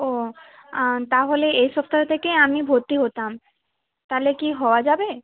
ও তাহলে এ সপ্তাহ থেকে আমি ভর্তি হতাম তাহলে কি হওয়া যাবে